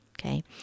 Okay